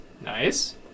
nice